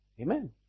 Amen